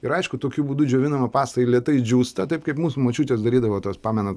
ir aišku tokiu būdu džiovinama pasta ji lėtai džiūsta taip kaip mūsų močiutės darydavo tuos pamenat